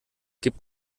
gib